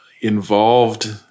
involved